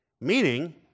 meaning